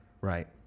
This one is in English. Right